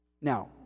Now